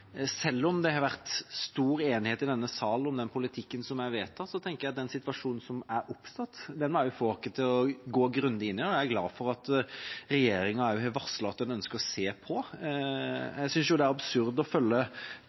selv om det har vært stor enighet i denne sal om den politikken som er vedtatt, tenker jeg at den situasjonen som er oppstått, også må få oss til å gå grundig inn i det, og jeg er glad for at regjeringa også har varslet at en ønsker å se på det. Jeg synes det er absurd å følge